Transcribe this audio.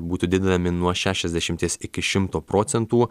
būtų didinami nuo šešiasdešimties iki šimto procentų